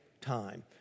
time